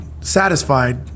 satisfied